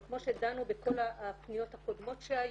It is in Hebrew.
כמו שדנו בכל הפניות הקודמות שהיו,